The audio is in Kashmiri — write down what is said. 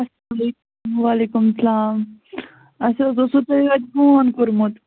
اَسلام علیکُم وعلیکُم سَلام اَسہِ حظ اوسوٕ تۄہہِ عٲدۍ فون کوٚرمُت